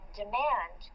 demand